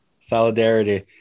Solidarity